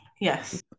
Yes